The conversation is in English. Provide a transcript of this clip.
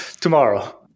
tomorrow